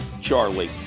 Charlie